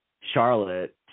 Charlotte